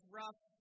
rough